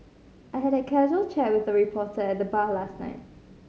I had a casual chat with a reporter at the bar last night